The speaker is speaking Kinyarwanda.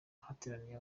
hateraniye